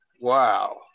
Wow